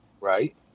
right